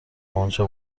اونجا